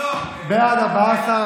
אותה קרן בר-מנחם,